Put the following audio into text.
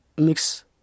Mix (